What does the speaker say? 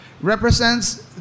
represents